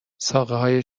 ساقههای